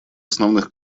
основных